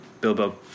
Bilbo